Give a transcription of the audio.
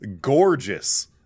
gorgeous